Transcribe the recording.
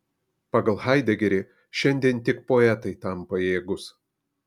pagal haidegerį šiandien tik poetai tam pajėgūs